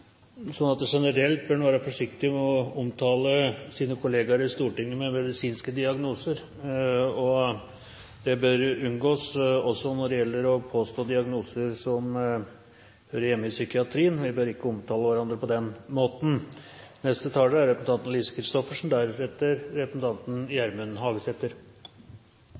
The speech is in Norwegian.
Generelt bør en være forsiktig med å omtale sine kollegaer i Stortinget med medisinske diagnoser. Det bør unngås også når det gjelder diagnoser som hører hjemme i psykiatrien. Vi bør ikke omtale hverandre på den måten. Jeg synes, i likhet med foregående taler, at debatten her i dag er